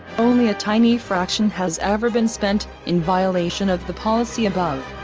only a tiny fraction has ever been spent, in violation of the policy above.